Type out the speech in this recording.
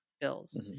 bills